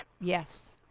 Yes